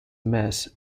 mess